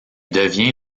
devient